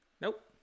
Nope